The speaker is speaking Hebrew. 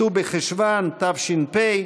ט"ו בחשוון התש"ף,